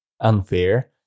unfair